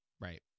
right